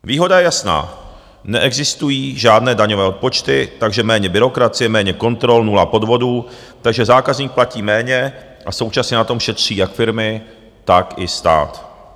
Výhoda je jasná neexistují žádné daňové odpočty, takže méně byrokracie, méně kontrol, nula podvodů, takže zákazník platí méně a současně na tom šetří jak firmy, tak i stát.